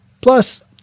plus